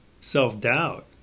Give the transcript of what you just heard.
self-doubt